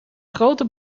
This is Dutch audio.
grote